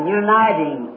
uniting